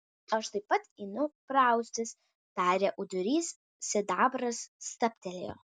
aš taip pat einu praustis tarė ūdrys sidabras stabtelėjo